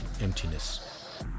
emptiness